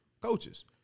coaches